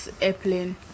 airplane